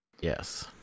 Yes